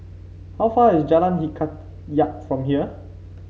how far is Jalan Hikayat from here